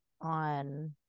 on